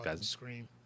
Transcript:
scream